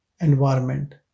environment